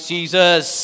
Jesus